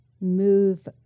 move